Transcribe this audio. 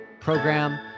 program